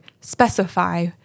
specify